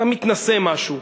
המתנשא משהו,